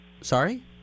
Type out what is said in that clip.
Sorry